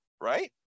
right